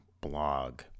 blog